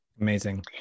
Amazing